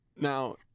Now